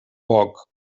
poc